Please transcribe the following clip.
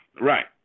Right